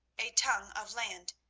a tongue of land,